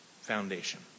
foundation